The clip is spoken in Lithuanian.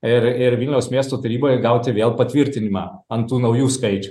ir ir vilniaus miesto taryboje gauti vėl patvirtinimą ant tų naujų skaičių